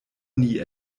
nie